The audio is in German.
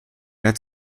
wer